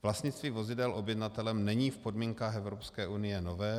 Vlastnictví vozidel objednatelem není v podmínkách Evropské unie nové.